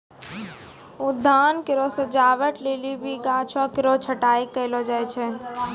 उद्यान केरो सजावट लेलि भी गाछो केरो छटाई कयलो जाय छै